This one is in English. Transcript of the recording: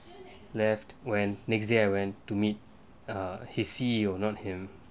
left when next day I went to meet a hissy or not him err